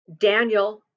Daniel